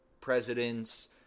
presidents